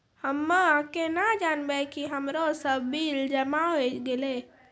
हम्मे केना जानबै कि हमरो सब बिल जमा होय गैलै?